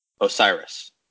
Osiris